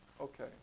Okay